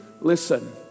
Listen